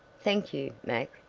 thank you, mac,